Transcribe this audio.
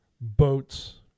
boats